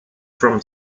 from